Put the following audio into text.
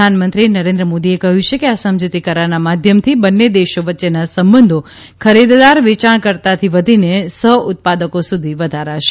પ્રધાનમંત્રી નરેન્દ્ર મોદીએ કહ્યું છે કે આ સમજૂતી કરારના માધ્યમથી બંને દેશો વચ્ચેના સંબંધો ખરીદદાર વેચાણકર્તાથી વધીને સહઉત્પાદકો સુધી વધારાશે